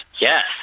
yes